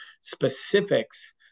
specifics